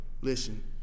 Listen